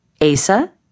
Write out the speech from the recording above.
Asa